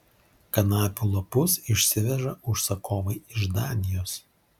kanapių lapus išsiveža užsakovai iš danijos